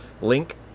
link